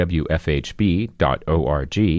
wfhb.org